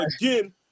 again